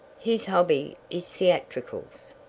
his hobby is theatricals.